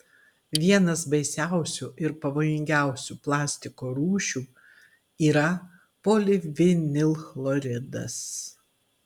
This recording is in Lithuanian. vienas baisiausių ir pavojingiausių plastiko rūšių yra polivinilchloridas